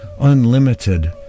unlimited